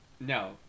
No